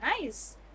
Nice